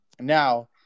now